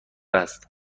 است